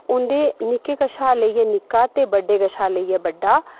उं'दे निक्के कशा लेइयै निक्का ते बड्डे कशा लेइयै बड्डा